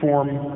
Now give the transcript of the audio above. form